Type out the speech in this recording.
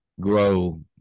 grow